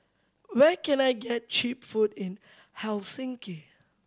where can I get cheap food in Helsinki